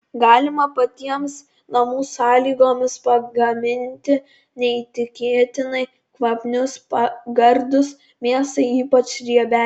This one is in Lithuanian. galima patiems namų sąlygomis pagaminti neįtikėtinai kvapnius pagardus mėsai ypač riebiai